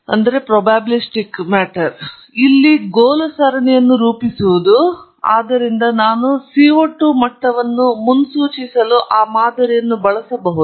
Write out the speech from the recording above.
ಆದ್ದರಿಂದ ಇಲ್ಲಿ ಗೋಲು ಸರಣಿಯನ್ನು ರೂಪಿಸುವುದು ಆದ್ದರಿಂದ ನಾನು CO 2 ಮಟ್ಟವನ್ನು ಮುನ್ಸೂಚಿಸಲು ಆ ಮಾದರಿಯನ್ನು ಬಳಸಬಹುದು